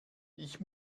ich